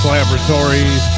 Laboratories